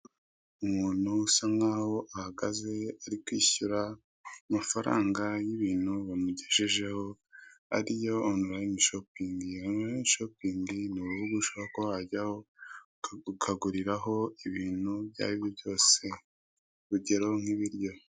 Umuntu usa nkaho ahagaze ari kwishyura amafaranga y'ibintu bamugejejeho ariyo onurayini shopingi. Onurayini shopingi ni urubuga ushobora kuba wajyaho ukaguriraho ibintu ibyo aribyo byose urugero nk'ibiryo.